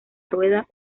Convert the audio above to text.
rueda